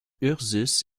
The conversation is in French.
ursus